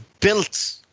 built